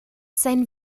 sein